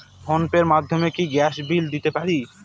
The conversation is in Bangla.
ফোন পে র মাধ্যমে কি গ্যাসের বিল দিতে পারি?